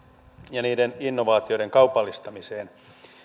ja niiden innovaatioiden kaupallistamiseen